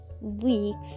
weeks